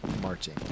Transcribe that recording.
marching